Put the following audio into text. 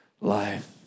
life